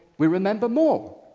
we remember more!